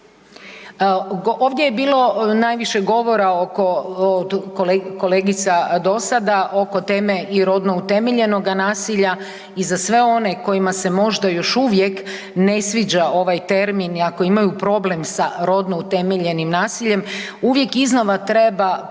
Ovdje je bilo najviše govora oko od kolegica do sada, oko teme i rodno utemeljenog nasilja i za sve one kojima se možda još uvijek ne sviđa ovaj termin i ako imaju problem sa rodno utemeljenim nasiljem, uvijek iznova treba ponoviti